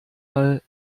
mal